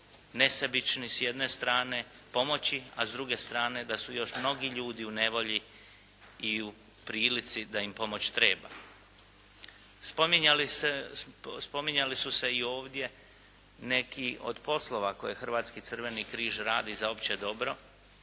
nesebični s jedne strane pomoći, a s druge strane da su još mnogi ljudi u nevolji i u prilici da im pomoć treba. Spominjali su se i ovdje neki od poslova koje Hrvatski crveni križ radi za opće dobro,